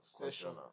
session